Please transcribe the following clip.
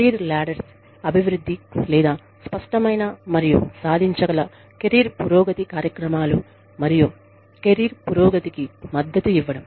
career ladders అభివృద్ధి లేదా స్పష్టమైన మరియు సాధించగల కెరీర్ పురోగతి కార్యక్రమాలు మరియు కెరీర్ పురోగతికి మద్దతు ఇవ్వడం